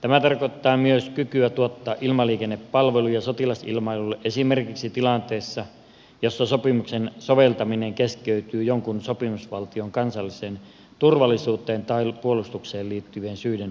tämä tarkoittaa myös kykyä tuottaa ilmaliikennepalveluja sotilasilmailulle esimerkiksi tilanteessa jossa sopimuksen soveltaminen keskeytyy jonkun sopimusvaltion kansalliseen turvallisuuteen tai puolustukseen liittyvien syiden vaatiessa